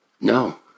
No